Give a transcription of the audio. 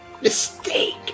mistake